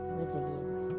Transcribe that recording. resilience